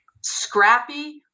scrappy